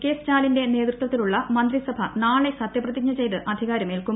K സ്റ്റാലിന്റെ നേതൃത്വത്തിലുള്ള മന്ത്രിസഭ നാളെ സത്യപ്രതിജ്ഞ ചെയ്ത് അധികാരമേൽക്കും